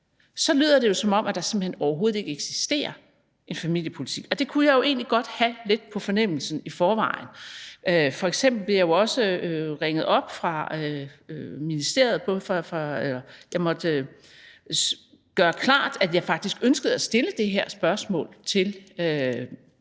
lyder det jo, som om der simpelt hen overhovedet ikke eksisterer en familiepolitik, og det kunne jeg jo egentlig godt have lidt på fornemmelsen i forvejen. F.eks. blev jeg jo også ringet op fra ministeriet, fordi jeg måtte gøre klart, at jeg faktisk ønskede at stille det her spørgsmål til både